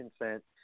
consent